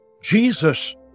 Jesus